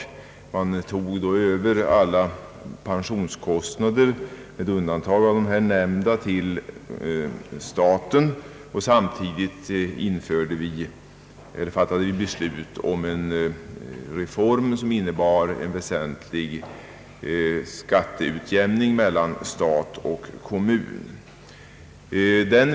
Staten tog då över alla pensionskostnader med undantag av de här nämnda, och samtidigt fattade vi beslut om en reform som innebar en väsentlig skatteutjämning mellan stat och kommun.